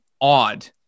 odd